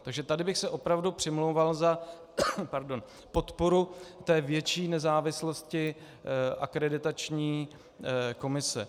Takže tady bych se opravdu přimlouval za podporu té větší nezávislosti akreditační komise.